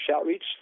outreach